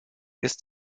ist